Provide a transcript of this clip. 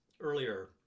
earlier